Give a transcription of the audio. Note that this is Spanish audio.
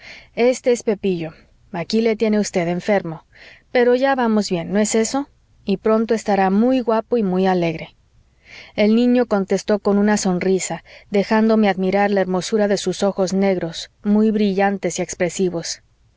este es pepillo aquí le tiene usted enfermo pero ya vamos bien no es eso y pronto estará muy guapo y muy alegre el niño contestó con una sonrisa dejándome admirar la hermosura de sus ojos negros muy brillantes y expresivos